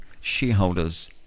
shareholders